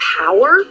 power